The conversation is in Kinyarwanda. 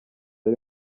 ari